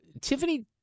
Tiffany